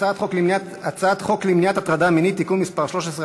הצעת חוק למניעת הטרדה מינית (תיקון מס' 13),